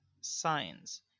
signs